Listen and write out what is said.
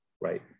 right